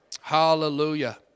Hallelujah